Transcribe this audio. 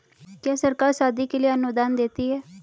क्या सरकार शादी के लिए अनुदान देती है?